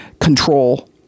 control